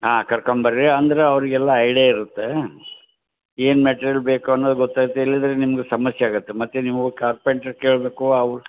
ಹಾಂ ಕರ್ಕೊಂಡ್ಬರ್ರಿ ಅಂದ್ರೆ ಅವರಿಗೆಲ್ಲ ಐಡಿಯಾ ಇರುತ್ತೆ ಏನು ಮೆಟೀರಿಯಲ್ ಬೇಕು ಅನ್ನೋದು ಗೊತ್ತಾಗುತ್ತೆ ಇಲ್ಲದಿದ್ರೆ ನಿಮ್ಗೆ ಸಮಸ್ಯೆ ಆಗುತ್ತೆ ಮತ್ತೆ ನೀವು ಕಾರ್ಪೆಂಟ್ರ್ ಕೇಳಬೇಕು ಅವ್ರು